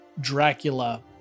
Dracula